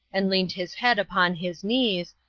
and leaned his head upon his knees,